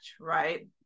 right